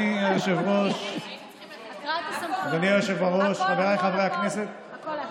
אדוני היושב-ראש, הכול, הכול, הכול,